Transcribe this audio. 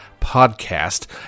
podcast